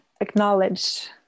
acknowledge